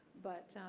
but